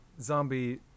zombie